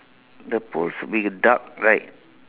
the pole should be dark right